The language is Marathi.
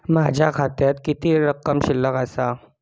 माझ्या खात्यात किती रक्कम शिल्लक आसा?